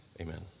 Amen